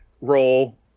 role